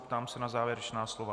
Ptám se na závěrečná slova.